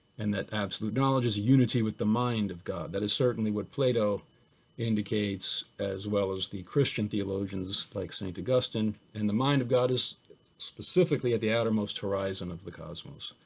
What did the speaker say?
and that absolute knowledge is unity with the mind of god, that is certainly what plato indicates as well as the christian theologians like st. augustine and the mind of god is specifically at the outermost horizon of the cosmos,